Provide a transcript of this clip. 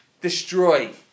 destroy